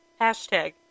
hashtag